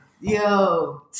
Yo